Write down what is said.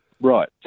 Right